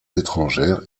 étrangères